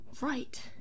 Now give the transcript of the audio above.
right